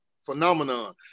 Phenomenon